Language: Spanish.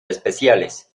especiales